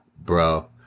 bro